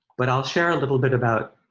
but i'll share a little bit about,